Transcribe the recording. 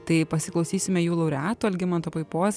tai pasiklausysime jų laureatų algimanto puipos